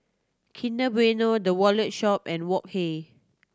Kinder Bueno The Wallet Shop and Wok Hey